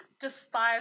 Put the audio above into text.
despise